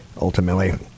ultimately